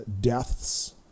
deaths